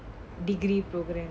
degree programme